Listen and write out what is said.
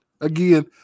again